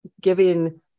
giving